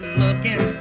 looking